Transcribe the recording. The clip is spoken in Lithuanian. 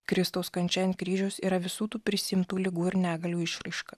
kristaus kančia ant kryžiaus yra visų tų prisiimtų ligų ir negalių išraiška